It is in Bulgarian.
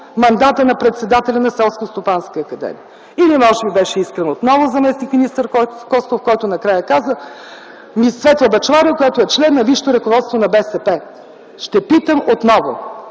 мандатът на председателя на Селскостопанска академия? Или, може би беше искрен отново заместник-министър Костов, който накрая каза: ...Светла Бъчварова, която е член на висшето ръководство на БСП. Ще питам отново: